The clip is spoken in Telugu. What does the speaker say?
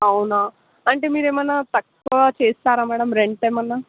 అవునా అంటే మీరు ఏమన్నా తక్కువ చేస్తారా మ్యాడం రెంట్ ఏమన్నా